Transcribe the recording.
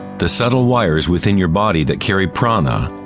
the subtle wires within your body that carry prana,